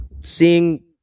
Seeing